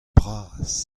bras